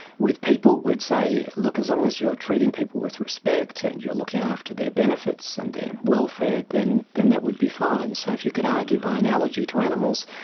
with people we'd say, look, as long as you're treating people with respect, and you're looking after their benefits and their welfare, then then that would be fine. so, if you could argue by analogy to animals,